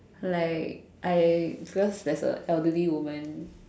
like I because there's a elderly woman